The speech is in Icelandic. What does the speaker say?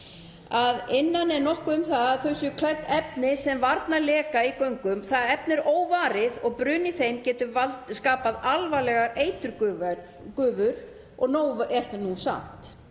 Að innan er nokkuð um að þau séu klædd efni sem varnar leka í göngum. Það efni er óvarið og bruni í þeim getur skapað alvarlegar eiturgufur og nóg er nú samt.